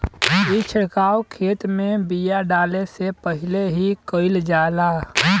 ई छिड़काव खेत में बिया डाले से पहिले ही कईल जाला